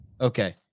Okay